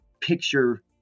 picture